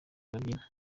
babyina